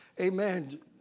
Amen